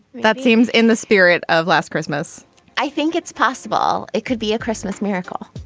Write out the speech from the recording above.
that seems in the spirit of last christmas i think it's possible it could be a christmas miracle